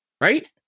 Right